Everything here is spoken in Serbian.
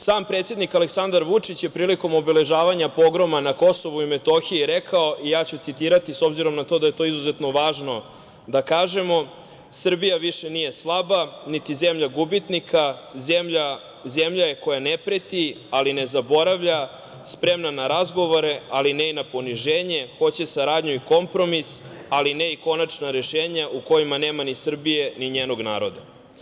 Sam predsednik Aleksandar Vučić je prilikom obeležavanja pogroma na KiM rekao, ja ću citirati, s obzirom na to da je to izuzetno važno da kažemo: „Srbija više nije slaba, niti zemlja gubitnika, zemlja je koja ne preti, ali ne zaboravlja, spremna na razgovore, ali ne i na poniženje, hoće saradnju i kompromis, ali ne i konačna rešenja u kojima nema ni Srbije, ni njenog naroda“